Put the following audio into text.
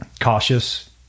cautious